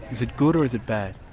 is it good or is it bad?